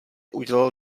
udělal